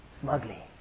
smugly